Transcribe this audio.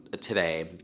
today